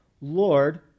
Lord